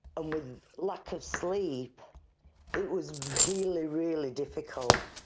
and with lack of sleep it was really, really difficult.